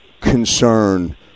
concern